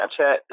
Snapchat